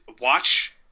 watch